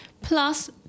plus